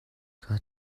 kaa